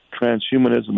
Transhumanism